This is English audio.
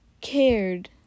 cared